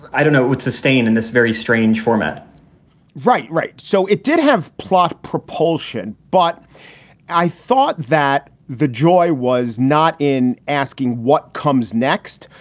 i don't know, it would sustain in this very strange format right. right. so it did have plot propulsion, but i thought that the joy was not in asking what comes next,